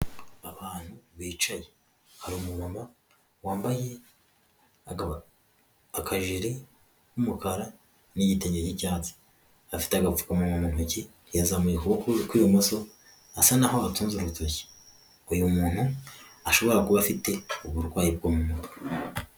Abantu bicaye, hari umumama wambaye akajiri k'umukara n'igitenge cy'icyatsi, afite agafukamunwa mu ntoki, yazamuye ukuboko kw'ibumoso, asa naho atunze urutoki uyu umuntu ashobora kuba afite uburwayi bwo mu mutwe.